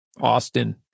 austin